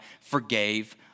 forgave